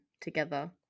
together